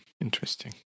Interesting